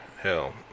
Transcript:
hell